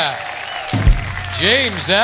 James